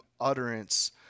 utterance